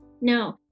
no